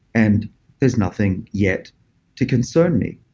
and there's nothing yet to concern me.